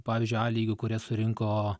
pavyzdžiui a lygiu kurie surinko